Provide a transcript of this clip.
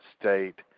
state